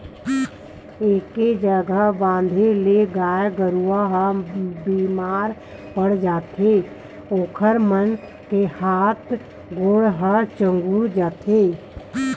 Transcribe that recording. एके जघा बंधाए ले गाय गरू ह बेमार पड़ जाथे ओखर मन के हात गोड़ ह चुगुर जाथे